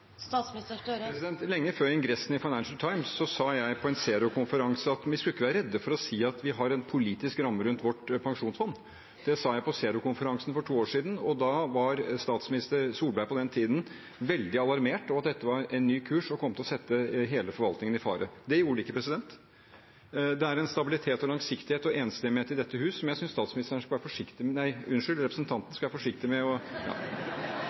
Lenge før ingressen i Financial Times sa jeg på en Zerokonferanse at vi ikke skulle være redde for å si at vi har en politisk ramme rundt vårt pensjonsfond. Det sa jeg på Zerokonferansen for to år siden, og da var statsminister Solberg, på den tiden, veldig alarmert over at dette var en ny kurs og kom til å sette hele forvaltningen i fare. Det gjorde det ikke. Det er en stabilitet, langsiktighet og enstemmighet i dette hus som jeg synes statsministeren skal være forsiktig med – nei, unnskyld, representanten skal være forsiktig med å